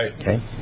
okay